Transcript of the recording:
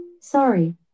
Sorry